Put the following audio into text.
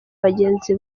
bagenzi